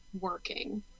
working